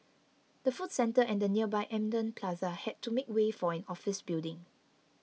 the food centre and the nearby Eminent Plaza had to make way for an office building